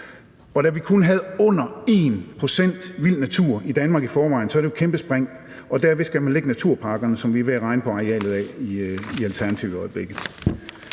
Da vi kun havde under 1 pct. vild natur i Danmark i forvejen, er det jo et kæmpe spring, og dertil skal man lægge naturparkerne, som vi er ved at regne på arealet af i Alternativet i øjeblikket.